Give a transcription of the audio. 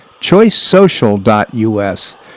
choicesocial.us